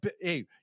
hey